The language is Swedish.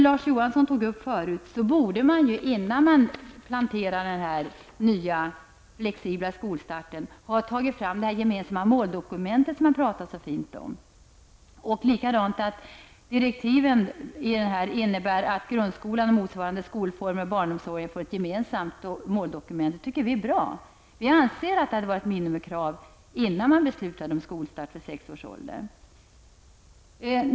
Man borde, som väl Larz Johansson tidigare berörde, ha tagit fram detta gemensamma måldokument, som man pratade så fint om, innan man planterar denna nya flexibla skolstart. Direktiven innebär att grundskolan och motsvarande skolformer och barnomsorgen får ett gemensamt måldokument. Det tycker vi är bra. Vi anser att det är ett minimikrav innan man beslutar om skolstart vid sex års ålder.